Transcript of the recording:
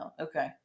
okay